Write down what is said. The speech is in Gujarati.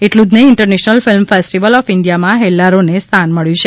એટલું જ નફિ ઇન્ટરનેશનલ ફિલ્મ ફેસ્ટીવલ ઓફ ઇન્ડીયામાં હેલ્લારોને સ્થાન મળ્યું છે